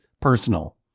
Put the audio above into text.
personal